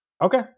Okay